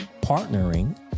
partnering